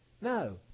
No